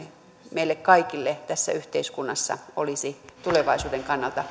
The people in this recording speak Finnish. meille kaikille tässä yhteiskunnassa olisi tulevaisuuden kannalta